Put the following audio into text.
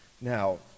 Now